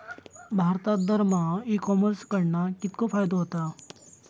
भारतात दरमहा e commerce कडणा कितको फायदो होता?